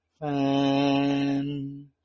fan